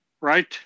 right